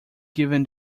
given